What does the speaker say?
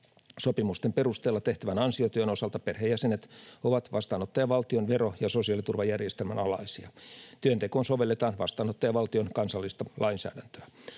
Sopimusten perusteella tehtävän ansiotyön osalta perheenjäsenet ovat vastaanottajavaltion vero- ja sosiaaliturvajärjestelmän alaisia. Työntekoon sovelletaan vastaanottajavaltion kansallista lainsäädäntöä.